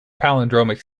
palindromic